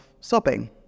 sobbing